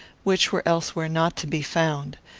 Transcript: which were elsewhere not to be found.